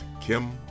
Kim